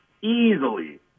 Easily